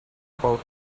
about